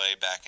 back